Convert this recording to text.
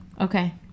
Okay